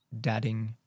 dadding